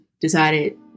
decided